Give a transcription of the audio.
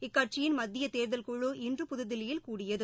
இக்கட்சியின் மத்திய தேர்தல் குழு இன்று புதுதில்லியில் கூடியது